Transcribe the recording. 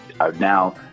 Now